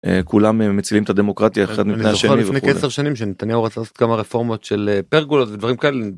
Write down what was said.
כולם מצילים את הדמוקרטיה אחד מפני השני... במיוחד לפני כ-10 שנים שנתניהו רצה לעשות כמה רפורמות של פרגולות ודברים כאלה.